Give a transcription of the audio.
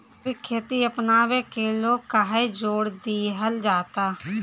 जैविक खेती अपनावे के लोग काहे जोड़ दिहल जाता?